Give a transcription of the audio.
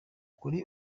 kuri